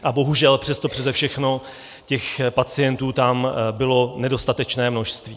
A bohužel přes to přese všechno těch pacientů tam bylo nedostatečné množství.